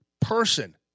person